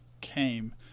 came